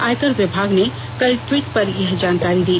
आयकर विभाग ने कल टविट कर यह जानकारी दी